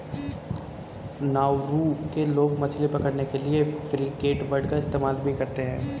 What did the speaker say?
Nauru के लोग मछली पकड़ने के लिए फ्रिगेटबर्ड का इस्तेमाल भी करते हैं